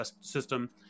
system